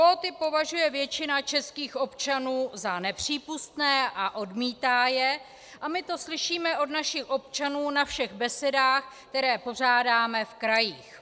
Kvóty považuje většina českých občanů za nepřípustné a odmítá je a my to slyšíme od našich občanů na všech besedách, které pořádáme v krajích.